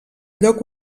lloc